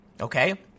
okay